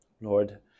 Lord